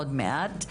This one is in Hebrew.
עוד מעט,